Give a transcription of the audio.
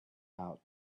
out